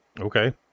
Okay